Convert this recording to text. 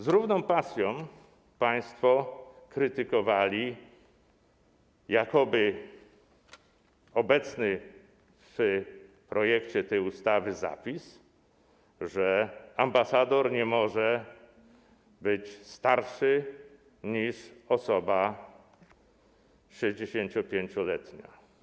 Z równą pasją państwo krytykowali jakoby obecny w projekcie tej ustawy zapis, że ambasador nie może być starszy niż osoba 65-letnia.